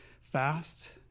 fast